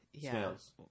Snails